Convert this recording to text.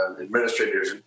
administrators